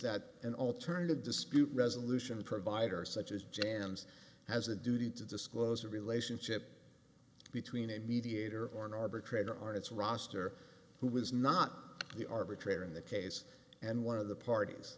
that an alternative dispute resolution provider such as jan's has a duty to disclose a relationship between a mediator or an arbitrator or its roster who was not the arbitrator in the case and one of the parties